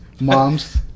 moms